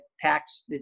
tax